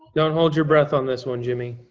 don't hold your breath on this one, jimmy.